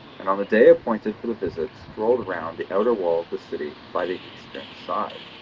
and on the day appointed for the visit strolled round the outer wall of the city by the eastern side.